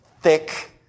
thick